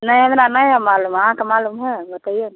नहि हमरा नहि हय मालूम अहाँ के मालूम हय बतैयौ नऽ